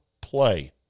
play